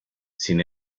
sin